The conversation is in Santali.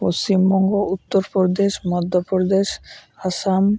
ᱯᱚᱥᱪᱤᱢᱵᱚᱝᱜᱚ ᱩᱛᱛᱚᱨᱯᱚᱨᱫᱮᱥ ᱢᱚᱫᱽᱫᱷᱚᱯᱨᱚᱫᱮᱥ ᱟᱥᱟᱢ